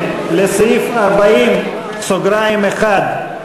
לסעיף 40(1),